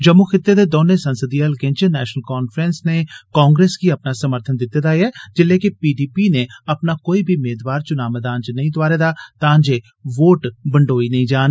जम्मू खित्ते दे दौनें संसदी हलकें च नेशनल कांफ्रेंस नै कांग्रेस गी अपना समर्थन दित्ते दा ऐ जिल्ले के पीडीपी नै अपना कोई बी मेदवार च्नां मैदान च नेईं तोआरे दा तांजे वोट बंडोई नेई जान